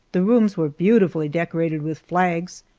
the rooms were beautifully decorated with flags,